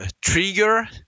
Trigger